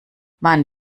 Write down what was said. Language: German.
man